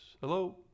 hello